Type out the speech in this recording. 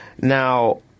Now